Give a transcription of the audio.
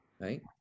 right